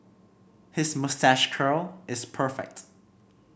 his moustache curl is perfect